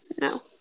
No